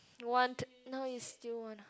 want now you still want ah